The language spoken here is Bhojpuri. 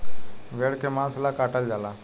भेड़ के मांस ला काटल जाला